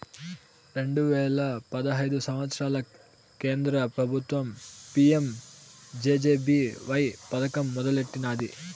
రెండు వేల పదహైదు సంవత్సరంల కేంద్ర పెబుత్వం పీ.యం జె.జె.బీ.వై పదకం మొదలెట్టినాది